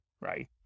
right